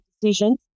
decisions